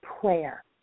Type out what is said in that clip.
prayer